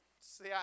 See